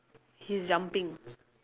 he's jumping